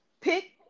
pick